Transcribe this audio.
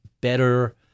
better